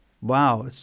Wow